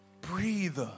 Breathe